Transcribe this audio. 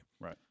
right